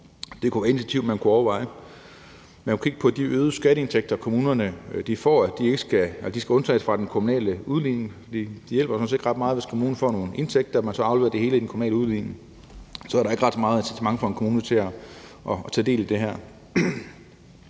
Det er et af de initiativer, man kunne overveje. Man kunne kigge på de øgede skatteindtægter, som kommunerne får, og at de skal undtages fra den kommunale udligning. Det hjælper jo sådan set ikke ret meget, hvis kommunen får nogle indtægter og så skal aflevere det hele i den kommunale udligning. Så er der ikke ret meget incitament for en